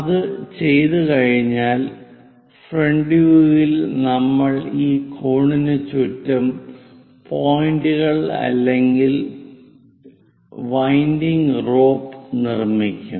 അത് ചെയ്തുകഴിഞ്ഞാൽ front view ഇൽ നമ്മൾ ഈ കോണിന് ചുറ്റും പോയിൻറുകൾ അല്ലെങ്കിൽ വിൻഡിംഗ് റോപ്പ് നിർമ്മിക്കും